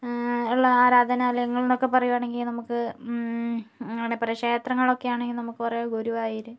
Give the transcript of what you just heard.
ഉള്ള ആരാധനാലയങ്ങൾ എന്നൊക്കെ പറയുവാണെങ്കിൽ നമുക്ക് അങ്ങനെയിപ്പോ ക്ഷേത്രങ്ങളൊക്കെ ആണെങ്കിൽ നമുക്ക് പറയാം ഗുരുവായൂർ